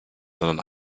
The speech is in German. sondern